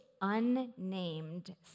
unnamed